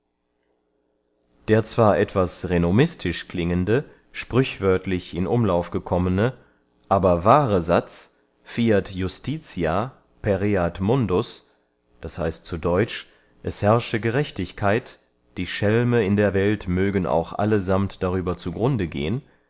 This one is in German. der zwar etwas renomistisch klingende sprüchwörtlich in umlauf gekommene aber wahre satz fiat iustitia pereat mundus das heißt zu deutsch es herrsche gerechtigkeit die schelme in der welt mögen auch insgesammt darüber zu grunde gehen